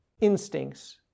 instincts